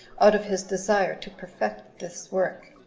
out of his desire to perfect this work.